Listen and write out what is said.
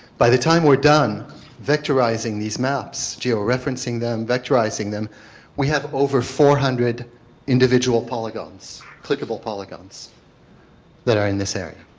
by the time we are done vectorizing these maps, geo-referencing them, vectorizing them we have over four hundred individual polygons clickable polygons that are in this area.